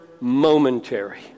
momentary